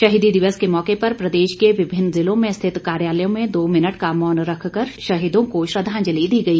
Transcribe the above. शहीदी दिवस के मौके पर प्रदेश के विभिन्न जिलों में स्थित कार्यालयों में दो मिनट का मौन रख कर शहीदों को श्रद्धांजलि दी गई